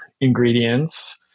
ingredients